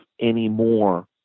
anymore